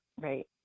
right